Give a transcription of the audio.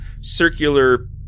circular